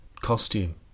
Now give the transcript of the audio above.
costume